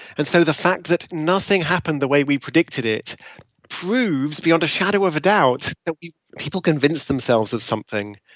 and so the fact that nothing happened the way we predicted it proves beyond a shadow of a doubt that people convince themselves of something